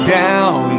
down